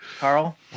Carl